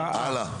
לא להפריע לרם.